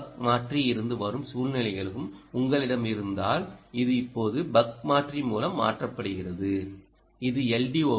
C buck மாற்றி இருந்து வரும் சூழ்நிலைகளும் உங்களிடம் இருந்தால் இது இப்போது பக் மாற்றி மூலம் மாற்றப்படுகிறது இது எல்